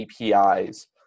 APIs